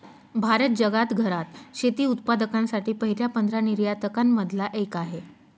भारत जगात घरात शेती उत्पादकांसाठी पहिल्या पंधरा निर्यातकां न मधला एक आहे